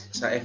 sa